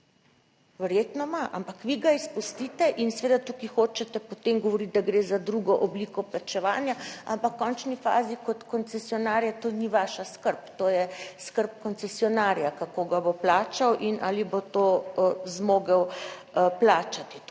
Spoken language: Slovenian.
verjetno ima, ampak vi ga izpustite. In seveda tukaj hočete potem govoriti, da gre za drugo obliko plačevanja, ampak v končni fazi kot koncesionarja, to ni vaša skrb, to je skrb koncesionarja, kako ga bo plačal in ali bo to zmogel plačati.